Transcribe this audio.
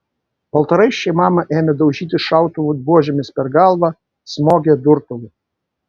baltaraiščiai mamą ėmė daužyti šautuvų buožėmis per galvą smogė durtuvu